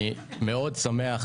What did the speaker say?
אני שמח מאוד